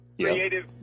Creative